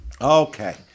Okay